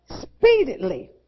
Speedily